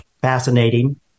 fascinating